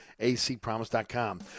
acpromise.com